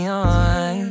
on